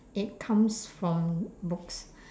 it comes from books